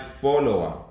follower